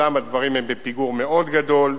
ושם הדברים הם בפיגור גדול מאוד.